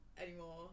anymore